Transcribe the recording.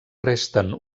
resten